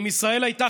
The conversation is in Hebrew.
אם ישראל הייתה